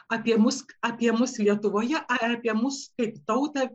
apie mus apie mus lietuvoje apie mus kaip tautą